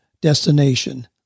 destination